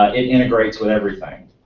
ah it integrates with everything.